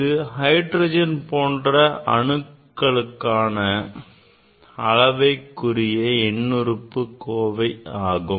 இது ஹைட்ரஜன் போன்ற அணுக்களுக்கான அளவைக்குறிய எண்ணறுப்பு கோவை ஆகும்